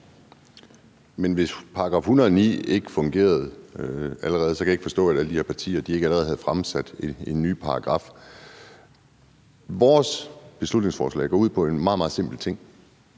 Men hvis § 109 ikke fungerer, kan jeg ikke forstå, at alle de her partier ikke allerede har indsat en ny paragraf. Vores beslutningsforslag går ud på en meget, meget simpel ting,